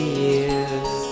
years